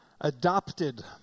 Adopted